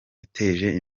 yateje